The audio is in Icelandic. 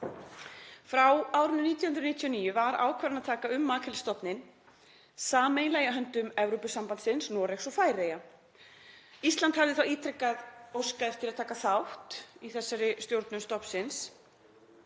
Frá árinu 1999 var ákvarðanataka um makrílstofninn sameiginlega í höndum Evrópusambandsins, Noregs og Færeyja. Ísland hafði þá ítrekað óskað eftir að taka þátt í þessari stjórnun stofnsins